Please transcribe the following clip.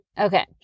Okay